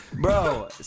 Bro